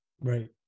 Right